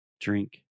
Drink